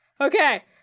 Okay